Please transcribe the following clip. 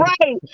right